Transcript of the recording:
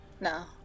No